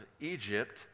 Egypt